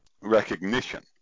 recognition